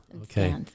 okay